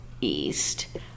east